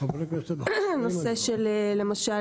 לא מזמן